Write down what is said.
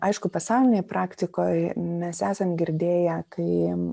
aišku pasaulinėj praktikoj mes esam girdėję kai